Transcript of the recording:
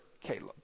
Caleb